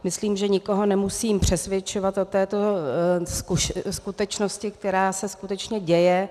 Myslím, že nikoho nemusím přesvědčovat o této skutečnosti, která se skutečně děje.